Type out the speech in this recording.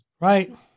Right